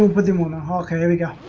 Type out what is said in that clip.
within walking and